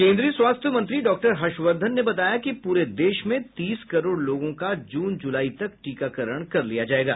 केन्द्रीय स्वास्थ्य मंत्री डॉक्टर हर्षवर्धन ने बताया कि पूरे देश में तीस करोड़ लोगों का जून जुलाई तक टीकाकरण कर लिया जायेगा